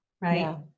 right